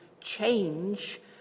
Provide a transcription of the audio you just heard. change